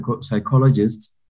psychologists